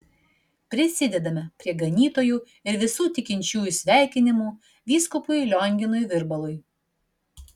prisidedame prie ganytojų ir visų tikinčiųjų sveikinimų vyskupui lionginui virbalui